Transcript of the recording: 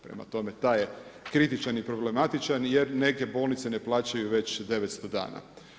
Prema tome, taj je kritičan i problematičan jer neke bolnice ne plaću već 900 dana.